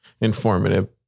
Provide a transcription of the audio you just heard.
informative